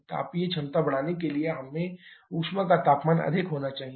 तापीय क्षमता बढ़ाने के लिए हमें ऊष्मा का तापमान अधिक होना चाहिए